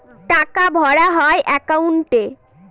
টাকা ভরা হয় একাউন্টে